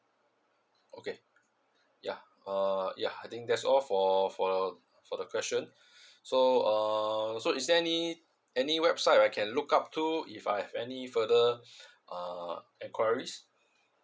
okay ya uh ya I think that's all for for for the question so uh so is there any any website I can look up to if I have any further uh enquiries